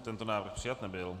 Tento návrh přijat nebyl.